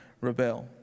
rebel